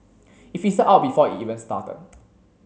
it fizzled out before it even started